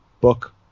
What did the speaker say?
book